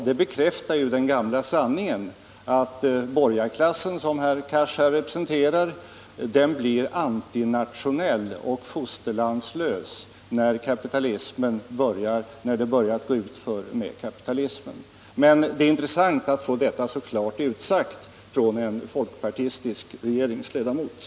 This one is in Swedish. Detta bekräftar den gamla sanningen att borgarklassen, som herr Cars här representerar, blir antinationell och fosterlandslös, när det börjar gå utför med kapitalismen. Men det är intressant att få detta så klart utsagt från en folkpartistisk regeringsledamot.